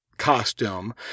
Costume